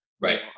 Right